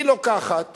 היא לוקחת